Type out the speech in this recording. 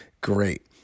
Great